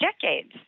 decades